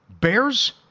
Bears